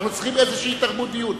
אנחנו צריכים איזה תרבות דיון,